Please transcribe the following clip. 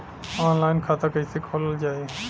Online खाता कईसे खोलल जाई?